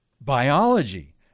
biology